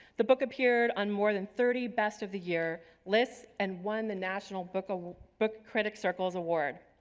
the book appeared on more than thirty best of the year lists and won the national book ah book critic circles award.